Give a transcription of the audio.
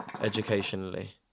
educationally